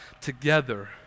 together